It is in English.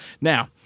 Now